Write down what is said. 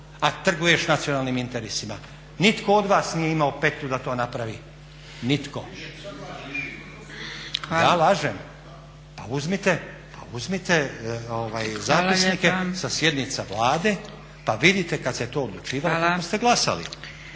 a trguješ nacionalnim interesima. Nitko od vas nije imao petlju da to napravi, nitko! …/Upadica sa strane, ne čuje se./… Ja lažem? Pa uzmite zapisnike sa sjednica Vlade, pa vidite kad se to odlučivalo kako ste glasali.